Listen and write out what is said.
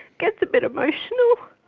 gets a bit emotional.